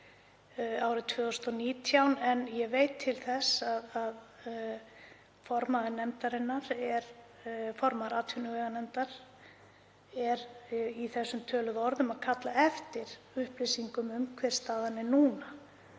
árið 2019. Ég veit til þess að formaður atvinnuveganefndar er í þessum töluðu orðum að kalla eftir upplýsingum um hver staðan er núna.